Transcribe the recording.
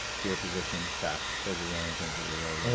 gear position, attack those are the only things that we're really